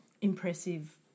impressive